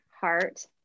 heart